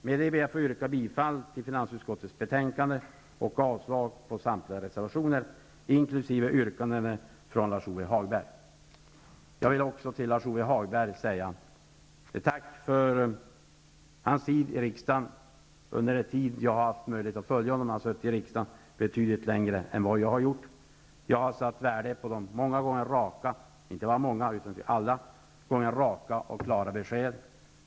Med det ber jag att få yrka bifall till hemställan i finansutskottets betänkande och avslag på samtliga reservationer samt yrkandet från Jag vill också till Lars-Ove Hagberg rikta ett tack för hans tid i riksdagen, för den tid under vilken jag har haft möjlighet att följa honom; han har suttit i riksdagen betydligt längre tid än jag. Jag har satt värde på alla hans raka och klara besked.